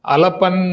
Alapan